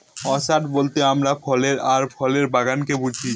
orchard বলতে আমরা ফলের আর ফুলের বাগানকে বুঝি